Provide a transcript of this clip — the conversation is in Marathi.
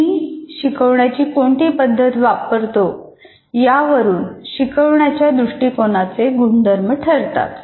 मी शिकवण्याची कोणती पद्धत वापरतो यावरून शिकवण्याच्या दृष्टिकोनाचे गुणधर्म ठरतात